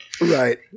Right